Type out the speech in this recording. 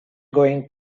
going